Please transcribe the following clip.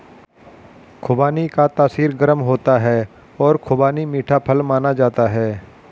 खुबानी का तासीर गर्म होता है और खुबानी मीठा फल माना जाता है